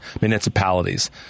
municipalities